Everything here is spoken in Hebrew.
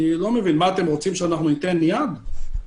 אתם רוצים שניתן יד?